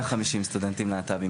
מאה חמישים סטודנטים,